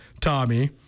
Tommy